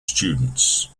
students